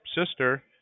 sister